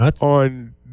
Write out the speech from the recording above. on